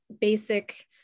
basic